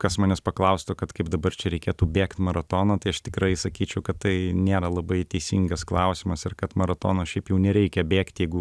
kas manęs paklaustų kad kaip dabar čia reikėtų bėgt maratoną tai aš tikrai sakyčiau kad tai nėra labai teisingas klausimas ir kad maratono šiaip jau nereikia bėgt jeigu